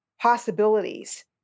possibilities